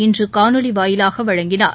இன்றுகாணொலிவாயிலாகவழங்கினார்